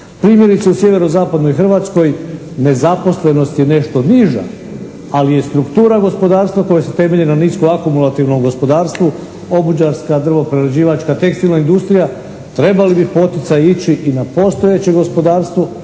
Primjerice, u sjevero-zapadnoj Hrvatskoj nezaposlenost je nešto niža ali je struktura gospodarstva koje se temelji na nisko akumulativnom gospodarstvu obućarska, drvno-prerađivačka, tekstilna industrija. Trebali bi poticaji ići i na postojeće gospodarstvo